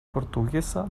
portuguesa